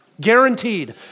Guaranteed